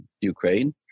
Ukraine